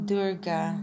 Durga